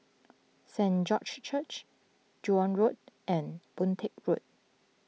Saint George's Church Joan Road and Boon Teck Road